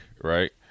right